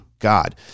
God